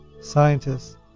Scientists